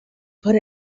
put